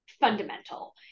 fundamental